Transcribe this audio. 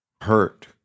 hurt